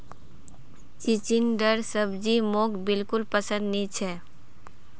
चिचिण्डार सब्जी मोक बिल्कुल पसंद नी छ